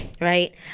right